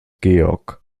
georg